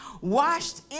washed